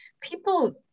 People